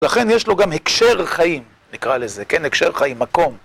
לכן יש לו גם הקשר חיים, נקרא לזה, כן, הקשר חיים, מקום.